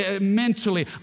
mentally